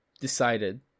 decided